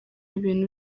ibintu